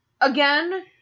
again